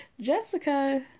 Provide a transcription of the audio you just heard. Jessica